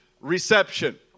reception